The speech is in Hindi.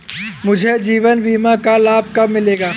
मुझे जीवन बीमा का लाभ कब मिलेगा?